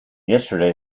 yesterday